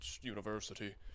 University